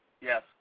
Yes